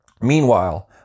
Meanwhile